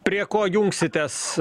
prie ko jungsitės